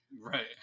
right